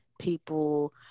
people